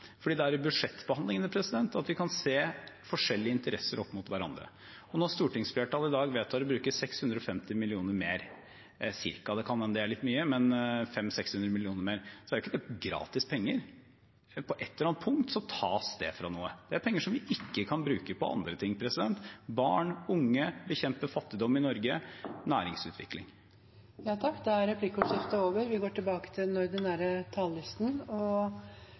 det er i budsjettbehandlingene at vi kan se forskjellige interesser opp mot hverandre. Når stortingsflertallet i dag vedtar å bruke ca. 650 mill. kr mer – det kan hende det er litt mye, men 500–600 mill. kr mer – er ikke det gratis penger. På et eller annet punkt tas det fra noe. Det er penger vi ikke kan bruke på andre ting: barn, unge, bekjempe fattigdom i Norge, næringsutvikling. Replikkordskiftet er